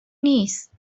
نیست